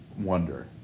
wonder